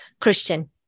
Christian